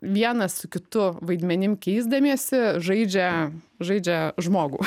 vienas su kitu vaidmenim keisdamiesi žaidžia žaidžia žmogų